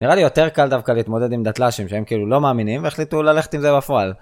נראה לי יותר קל דווקא להתמודד עם דתל"שים, שהם כאילו לא מאמינים, והחליטו ללכת עם זה בפועל.